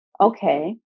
Okay